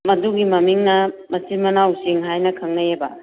ꯃꯗꯨꯒꯤ ꯃꯃꯤꯡꯅ ꯃꯆꯤꯟ ꯃꯅꯥꯎ ꯆꯤꯡ ꯍꯥꯏꯅ ꯈꯪꯅꯩꯑꯕ